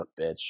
bitch